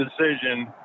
decision